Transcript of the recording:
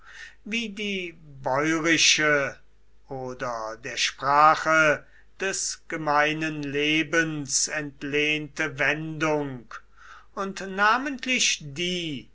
wie die bäurische oder der sprache des gemeinen lebens entlehnte wendung und namentlich die